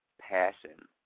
passion